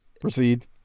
Proceed